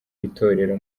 itorero